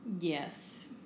Yes